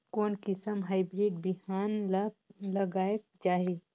कोन किसम हाईब्रिड बिहान ला लगायेक चाही?